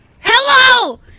Hello